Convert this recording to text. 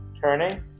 turning